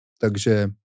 Takže